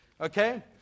Okay